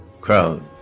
crowd